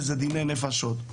זה דיני נפשות.